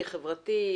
חברתי,